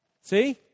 See